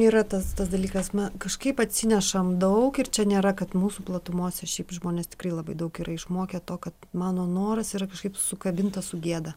yra tas tas dalykas na kažkaip atsinešam daug ir čia nėra kad mūsų platumose šiaip žmonės tikrai labai daug yra išmokę to kad mano noras yra kažkaip sukabintas su gėda